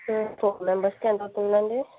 four మెంబెర్స్కి ఎంత అవుతుంది అండి